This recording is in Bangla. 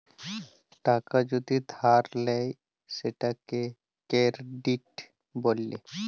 টাকা যদি ধার লেয় সেটকে কেরডিট ব্যলে